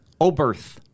Oberth